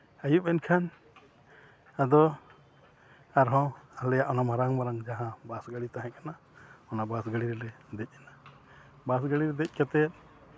ᱟᱹᱭᱩᱵ ᱮᱱᱠᱷᱟᱱ ᱟᱫᱚ ᱟᱨ ᱦᱚᱸ ᱟᱞᱮᱭᱟᱜ ᱚᱱᱟ ᱢᱟᱨᱟᱝ ᱢᱟᱨᱟᱝ ᱡᱟᱦᱟᱸ ᱵᱟᱥ ᱜᱟᱹᱲᱤ ᱛᱟᱦᱮᱸ ᱠᱟᱱᱟ ᱚᱱᱟ ᱵᱟᱥ ᱜᱟᱹᱲᱤ ᱨᱮᱞᱮ ᱫᱮᱡᱱᱟ ᱵᱟᱥ ᱜᱟᱹᱰᱤ ᱨᱮ ᱫᱮᱡ ᱠᱟᱛᱮ